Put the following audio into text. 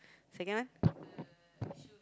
second one